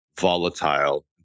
volatile